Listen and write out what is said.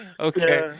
Okay